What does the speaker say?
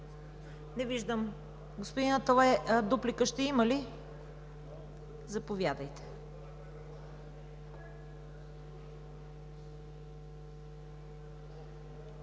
Не виждам. Господин Аталай, дуплика ще има ли? Заповядайте.